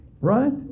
right